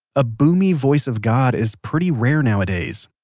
a boomy voice of god is pretty rare nowadays.